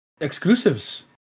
exclusives